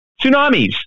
tsunamis